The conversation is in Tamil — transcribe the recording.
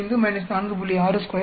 45 4